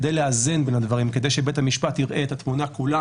כדי לאזן בין הדברים וכדי שבית המשפט יראה את התמונה כולה